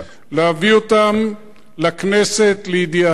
להביא אותם לכנסת לידיעתה